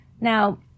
Now